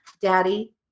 daddy